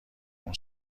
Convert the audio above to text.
اون